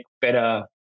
better